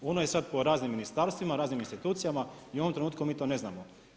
Ono je sad po raznim ministarstvima, raznim institucijama i u ovom trenutku mi to ne znamo.